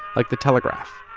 like the telegraph.